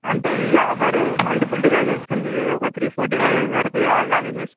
అంటే ఈ offer multiple డివైజెస్కి ఉంది ఒక త్రీ ఫోర్ డివైజెస్ వరకు లాగిన్ చేసుకోవచ్చు